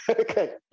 Okay